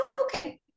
okay